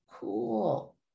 cool